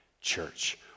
church